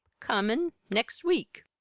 comin' next week.